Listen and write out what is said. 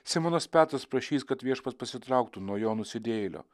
simonas petras prašys kad viešpats pasitrauktų nuo jo nusidėjėlio